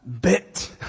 bit